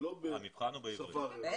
זה לא בשפה אחרת.